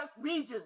regions